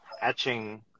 etching